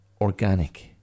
organic